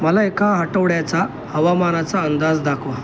मला एका आठवड्याचा हवामानाचा अंदाज दाखवा